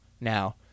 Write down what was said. now